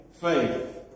faith